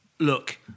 Look